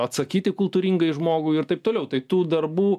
atsakyti kultūringai žmogui ir taip toliau tai tų darbų